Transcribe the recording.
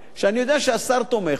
שאני יודע שהשר תומך בה,